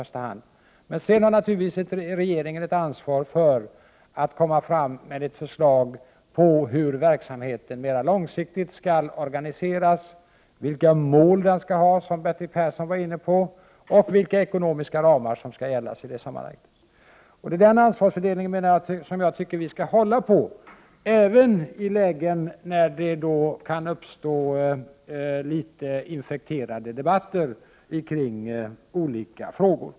Sedan har naturligtvis regeringen ett ansvar för att komma fram med förslag på hur verksamheten mera långsiktigt skall organiseras, vilka mål den skall ha — som Bertil Persson var inne på — och vilka ekonomiska ramar som skall gälla i sammanhanget. Jag tycker att vi skall hålla på denna ansvarsfördelning, även i lägen när det kan uppstå litet infekterade debatter om olika frågor.